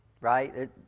right